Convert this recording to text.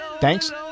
Thanks